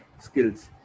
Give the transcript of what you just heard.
skills